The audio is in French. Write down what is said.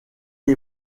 est